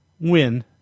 win